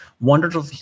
wonderful